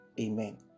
Amen